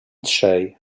trzej